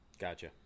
Gotcha